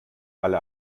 alle